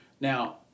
Now